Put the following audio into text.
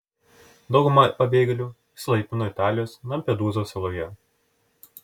dauguma pabėgėlių išsilaipino italijos lampedūzos saloje